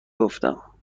گفتم